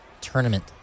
Tournament